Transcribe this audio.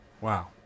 wow